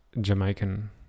Jamaican